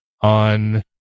on